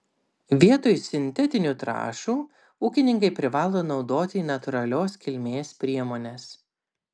vietoj sintetinių trąšų ūkininkai privalo naudoti natūralios kilmės priemones